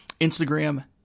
Instagram